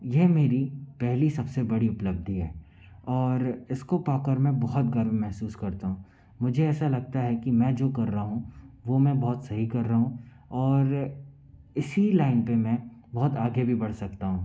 यह मेरी पहली सबसे बड़ी उपलब्धि है और इसको पा कर मैं बहुत गर्व महसूस करता हूँ मुझे ऐसा लगता है की मैं जो कर रहा हूँ वह मैं बहुत सही कर रहाँ हूँ और इसी लाइन पर मैं बहुत आगे भी बढ़ सकता हूँ